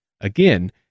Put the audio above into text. again